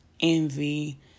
envy